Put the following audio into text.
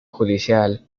judicial